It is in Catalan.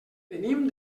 venim